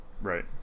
Right